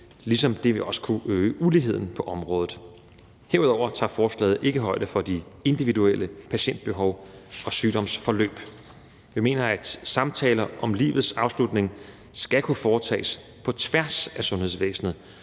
ligesom det også vil kunne øge uligheden på området. Herudover tager forslaget ikke højde for de individuelle patientbehov fra sygdomsforløb. Jeg mener, at samtaler om livets afslutning skal kunne foretages på tværs af sundhedsvæsenet,